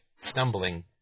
stumbling